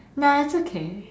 nah it's okay